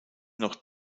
noch